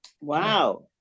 Wow